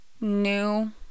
new